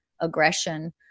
aggression